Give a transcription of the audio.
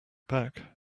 back